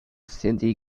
sindhi